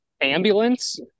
Ambulance